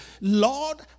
Lord